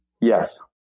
Yes